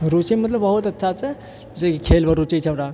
रुचै मतलब बहुत अच्छा छै जैसे कि खेलमे रुचै छै हमरा